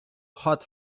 hot